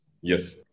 Yes